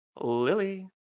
Lily